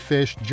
Fish